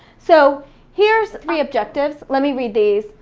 so here's three objectives. let me read these.